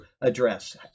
address